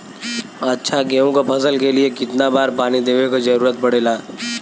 अच्छा गेहूँ क फसल के लिए कितना बार पानी देवे क जरूरत पड़ेला?